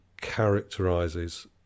characterizes